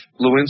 Lewinsky